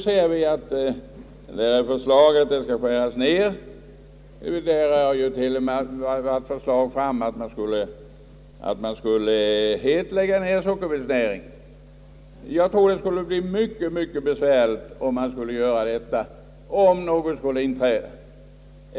Det finns förslag om att den skall skäras ned, och det har till och med framlagts förslag att man skulle helt lägga ned sockerbetsnäringen. Skulle man göra detta, tror jag att det skulle bli mycket besvärligt för oss om något skulle inträffa.